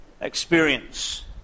experience